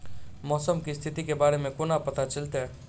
मौसम केँ स्थिति केँ बारे मे कोना पत्ता चलितै?